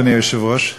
אדוני היושב-ראש,